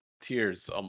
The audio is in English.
tears